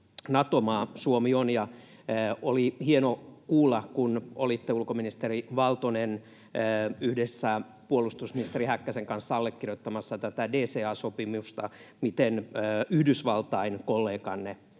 Suomi on. Ja oli hieno kuulla, kun olitte, ulkoministeri Valtonen, yhdessä puolustusministeri Häkkäsen kanssa allekirjoittamassa tätä DCA-sopimusta, miten Yhdysvaltain kolleganne